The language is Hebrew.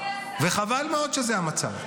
וחבל מאוד שזה המצב.